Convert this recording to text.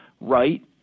right